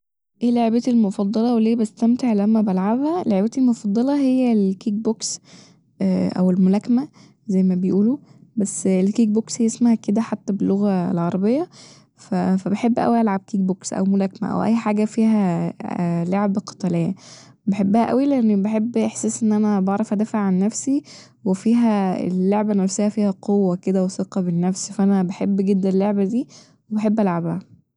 ايه لعبتي المفضلة وليه بستمتع لما بلعبها؟ لعبتي المفضلة هي الكيك بوكس أو الملاكمة زي ما بيقولو بس الكيك بوكس هي اسمها كده حتى باللغة العربية ف- فبحب أوي ألعب كيك بوكس أو ملاكمة أو أي حاجة فيها لعبة قتالية ، بحبها أوي لإني بحب احساس ان انا بعرف أدافع عن نفسي وفيها اللعبة نفسها فيها قوة كده وثقة بالنفس ف أنا بحب جدا اللعبة دي وبحب ألعبها